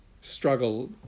struggle